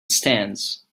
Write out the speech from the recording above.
stands